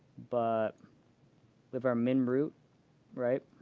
but we have our minroot right?